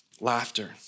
laughter